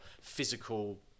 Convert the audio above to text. physical